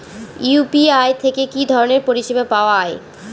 UPI থেকে কি ধরণের পরিষেবা পাওয়া য়ায়?